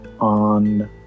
on